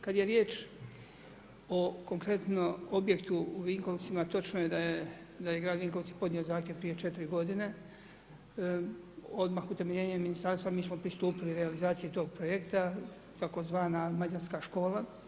Kada je riječ o konkretno, o objektu u Vinkovcima, točno je da je grad Vinkovci podnio zahtjev prije 4 g. Odmah utemeljenjem ministarstva mi smo pristupili realizacijama tog projekta, tzv. mađarska škola.